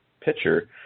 pitcher –